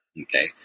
Okay